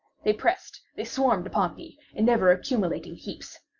they pressed they swarmed upon me in ever accumulating heaps.